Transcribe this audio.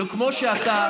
אנחנו לא רוצים במקום,